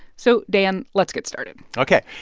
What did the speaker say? so, dan, let's get started ok.